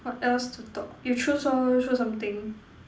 what else to talk you choose lor choose something